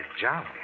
job